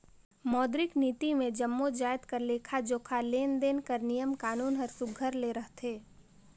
मौद्रिक नीति मे जम्मो जाएत कर लेखा जोखा, लेन देन कर नियम कानून हर सुग्घर ले रहथे